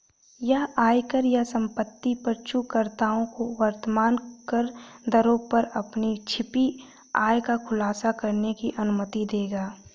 यह आयकर या संपत्ति कर चूककर्ताओं को वर्तमान करदरों पर अपनी छिपी आय का खुलासा करने की अनुमति देगा